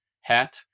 hat